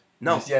No